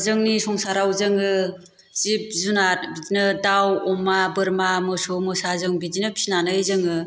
जोंनि संसाराव जोङो जिब जुनाद बिदिनो दाउ अमा बोरमा मोसौ मोसा जों बिदिनो फिनानै जोङो